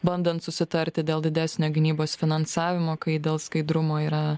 bandant susitarti dėl didesnio gynybos finansavimo kai dėl skaidrumo yra